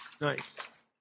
Nice